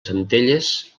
centelles